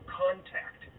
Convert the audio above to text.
contact